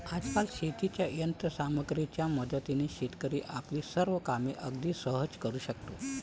आजकाल शेतीच्या यंत्र सामग्रीच्या मदतीने शेतकरी आपली सर्व कामे अगदी सहज करू शकतो